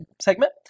segment